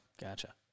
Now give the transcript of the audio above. Gotcha